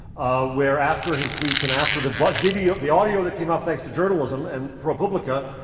ah where after his tweets and after the but video the audio that came out, thanks to journalism and republica